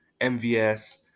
MVS